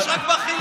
יש רק בחינוך.